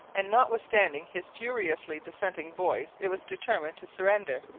and notwithstanding his furiously dissenting voice it was determined to surrender,